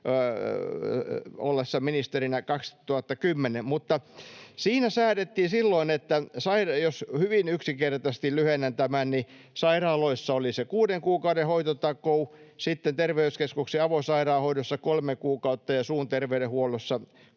ollessa ministerinä 2010. Mutta siinä säädettiin silloin, jos hyvin yksinkertaisesti lyhennän tämän, että sairaaloissa oli se kuuden kuukauden hoitotakuu, terveyskeskuksen avosairaanhoidossa kolme kuukautta ja suun terveydenhuollossa